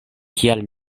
kial